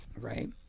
Right